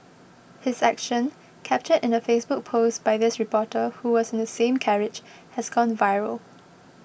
his action captured in a Facebook post by this reporter who was in the same carriage has gone viral